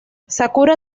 sakura